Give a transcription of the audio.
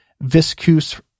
viscous